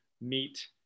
meet